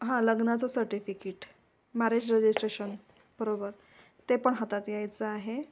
हां लग्नाचं certificate marriage registration बरोबर ते पण हातात यायचं आहे